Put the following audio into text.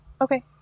Okay